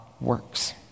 works